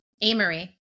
Amory